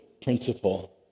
principle